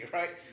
right